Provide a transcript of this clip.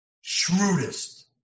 shrewdest